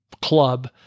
club